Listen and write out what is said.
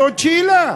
זאת שאלה.